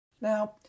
Now